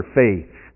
faith